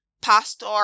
pastor